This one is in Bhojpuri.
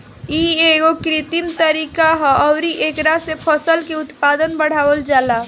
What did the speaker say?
इ एगो कृत्रिम तरीका ह अउरी एकरा से फसल के उत्पादन बढ़ावल जाला